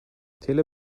taylor